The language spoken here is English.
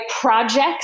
projects